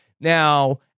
now